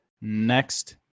next